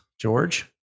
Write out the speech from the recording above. George